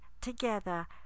together